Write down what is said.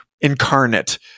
incarnate